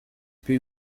più